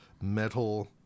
metal